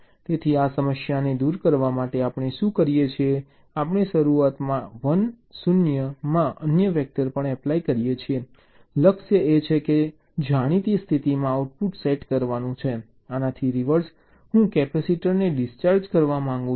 તેથી આ સમસ્યાને દૂર કરવા માટે આપણે શું કરીએ છીએ આપણે શરૂઆતમાં 1 0 માં અન્ય વેક્ટર પણ એપ્લાય કરીએ છીએ લક્ષ્ય એ છે કે જાણીતી સ્થિતિમાં આઉટપુટ સેટ કરવાનું છે આનાથી રિવર્સ હું કેપેસિટરને ડિસ્ચાર્જ કરવા માંગું છું